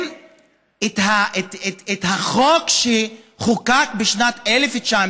החוק שחוקק בשנת 1992,